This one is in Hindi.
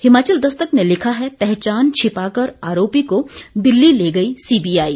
हिमाचल दस्तक ने लिखा है पहचान छिपाकर आरोपी को दिल्ली ले गई सीबीआई